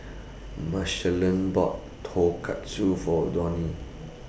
Machelle bought Tonkatsu For Donie